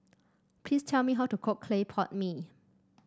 please tell me how to cook Clay Pot Mee